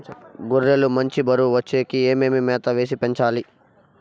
గొర్రె లు మంచి బరువు వచ్చేకి ఏమేమి మేత వేసి పెంచాలి?